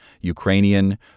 Ukrainian